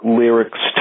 lyrics